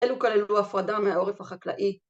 אלו כללו הפרדה מהעורף החקלאי